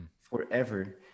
forever